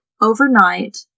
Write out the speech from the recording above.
overnight